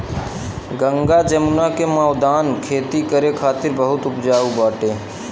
गंगा जमुना के मौदान खेती करे खातिर बहुते उपजाऊ बाटे